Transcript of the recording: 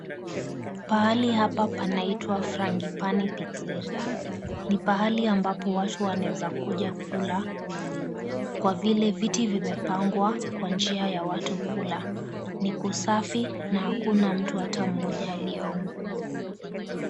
Pahali hapa panaitwa, Frangipani Pizzeria, ni pahali ambapo watu wanaweza kuja kula. Kwa vile viti vimepangwa kwa njia ya watu kula. Ni kusafi na hakuna mtu hata mmoja aliye humo.